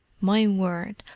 my word,